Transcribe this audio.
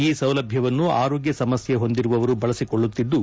ಈ ಸೌಲಭ್ಯವನ್ನು ಆರೋಗ್ಯ ಸಮಸ್ಯ ಹೊಂದಿರುವವರು ಬಳಸಿಕೊಳ್ಳುತ್ತಿದ್ದು